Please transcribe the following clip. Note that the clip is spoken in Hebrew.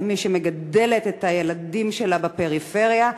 כמי שמגדלת את הילדים שלה בפריפריה,